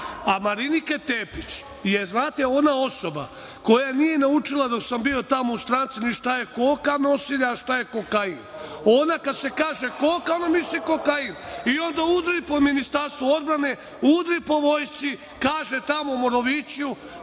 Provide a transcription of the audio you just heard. Skupština. Marinika Tepić je, znate, ona osoba koja nije naučila dok sam bio tamo u stranci ni šta je koka nosilja, a šta je kokain. Ona kad se kaže koka ona misli kokain i onda udri po Ministarstvu odbrane, udri po vojsci. Kaže tamo u Moroviću,